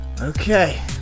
Okay